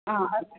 हा अस्